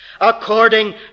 according